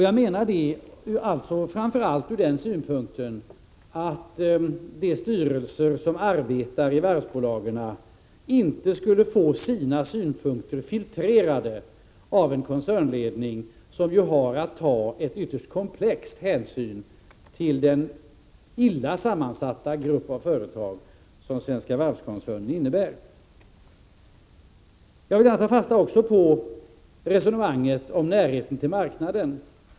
Jag menar att det vore till nytta framför allt därför att de styrelser som arbetar i varvsbolagen inte skulle få sina synpunkter filtrerade av en koncernledning, som ju har att ta ytterst komplex hänsyn till den illa sammansatta grupp av företag som Svenska Varvkoncernen utgör. Jag vill också gärna ta fasta på resonemanget om närheten till marknaden.